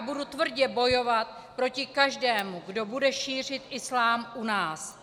Budu tvrdě bojovat proti každému, kdo bude šířit islám u nás.